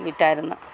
വിറ്റിരുന്നു